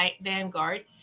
Vanguard